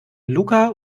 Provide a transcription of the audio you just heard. luca